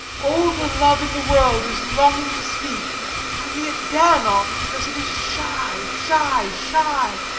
all the love in the world is longing to speak only it dare not, because it is shy, shy, shy.